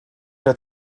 der